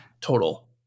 total